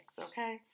Okay